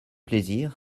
plaisir